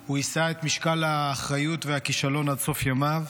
שהוא יישא את משקל האחריות והכישלון עד סוף ימיו.